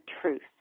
truth